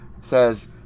says